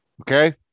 okay